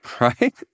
right